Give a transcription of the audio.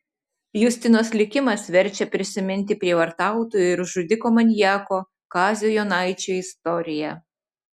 justinos likimas verčia prisiminti prievartautojo ir žudiko maniako kazio jonaičio istoriją